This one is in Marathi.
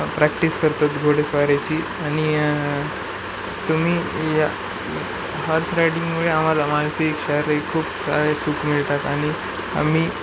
प्रॅक्टिस करतो घोडेस्वारीची आणि तुम्ही या हॉर्स रायडिंगमुळे आम्हाला मानसिक शारीरिक खूप साारे सुख मिळतात आणि आम्ही